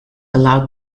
allowed